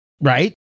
right